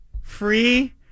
Free